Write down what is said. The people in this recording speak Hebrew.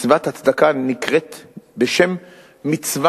מצוות הצדקה נקראת בשם מצווה,